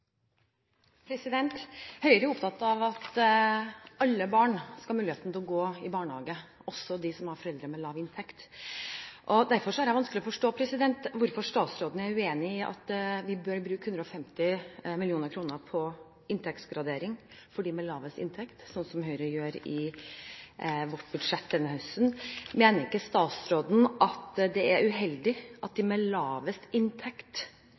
opptatt av at alle barn skal ha muligheten til å gå i barnehage, også de som har foreldre med lav inntekt. Derfor har jeg vanskelig for å forstå hvorfor statsråden er uenig i at vi bør bruke 150 mill. kr på inntektsgradering for dem med lavest inntekt, slik Høyre gjør i sitt budsjett denne høsten. Mener ikke statsråden at det er uheldig at de med lavest inntekt